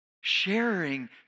sharing